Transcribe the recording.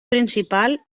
principal